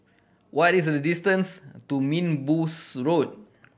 what is the distance to Minbus Road